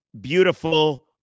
beautiful